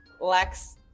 Lex